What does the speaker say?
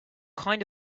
kind